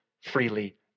freely